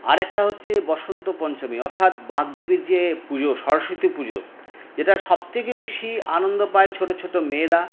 আরেকটা হচ্ছে বসন্ত পঞ্চমী অর্থাৎ বাগদেবীর যে পুজো সরস্বতী পুজো এটা সব থেকে বেশি আনন্দ পায় ছোট ছোট মেয়েরা